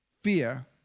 fear